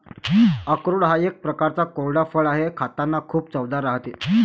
अक्रोड हा एक प्रकारचा कोरडा फळ आहे, खातांना खूप चवदार राहते